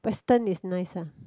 western is nice ah